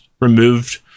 removed